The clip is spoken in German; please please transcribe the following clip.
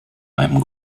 einem